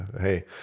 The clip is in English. hey